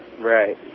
Right